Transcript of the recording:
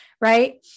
right